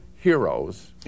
heroes